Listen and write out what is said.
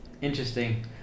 Interesting